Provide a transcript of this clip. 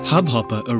Hubhopper